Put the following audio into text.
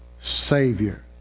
Savior